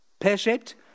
pear-shaped